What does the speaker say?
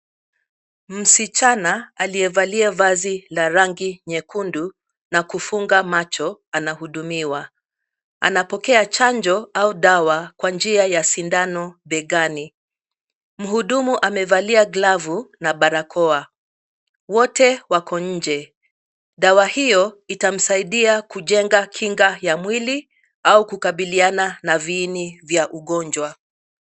Msichana aliyevalia vazi la rangi nyekundu na kufunga macho anahudumiwa, anapokea chanjo au dawa kwa njia ya sindano begani. Mhudumu amevalia glavu na barakoa. Wote wako nje. Dawa hiyo itamsaidia kujenga kinga ya mwili au kukabiliana na viini vya ugonjwa.